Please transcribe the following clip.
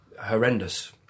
horrendous